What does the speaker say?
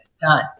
done